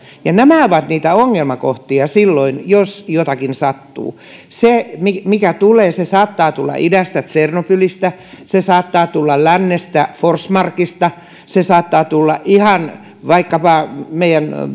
nämä ovat niitä ongelmakohtia silloin jos jotakin sattuu se mikä tulee saattaa tulla idästä tsernobylistä se saattaa tulla lännestä forsmarkista se saattaa tulla ihan vaikkapa meille